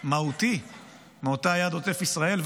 מהותי מאותה יד עוטף ישראל.